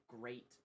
great